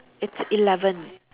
it's eleven